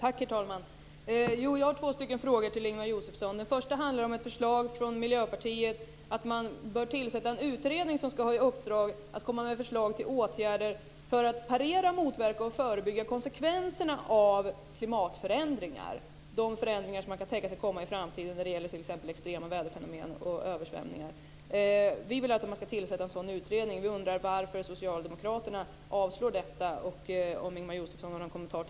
Herr talman! Jag har två frågor till Ingemar Josefsson. Den första frågan handlar om ett förslag från Miljöpartiet om att man bör tillsätta en utredning som ska ha i uppdrag att lägga fram förslag till åtgärder för att parera, motverka och förebygga konsekvenserna av de klimatförändringar som kan tänkas uppstå i framtiden, t.ex. extrema väderfenomen och översvämningar. Vi vill att en sådan utredning ska tillsättas. Vi undrar varför Socialdemokraterna avstyrker detta och om Ingemar Josefsson har någon kommentar.